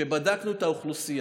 כשבדקנו את האוכלוסייה,